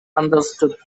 understood